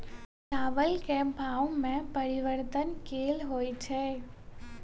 चावल केँ भाव मे परिवर्तन केल होइ छै?